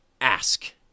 Ask